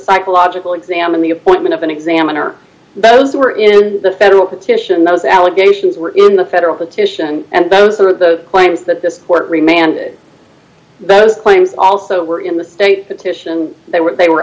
psychological exam and the appointment of an examiner those who were in the federal petition those allegations were in the federal petition and both of those claims that this court remain and those claims also were in the state petition they were they were